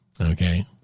Okay